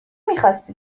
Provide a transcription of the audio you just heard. میخواستی